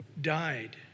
died